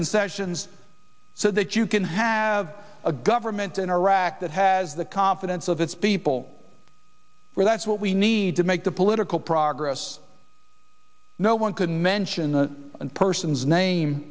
concessions so that you can have a government in iraq that has the confidence of its people well that's what we need to make the political progress no one can mention the person's name